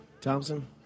Thompson